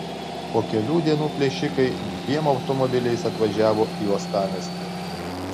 po kelių dienų plėšikai dviem automobiliais atvažiavo į uostamiestį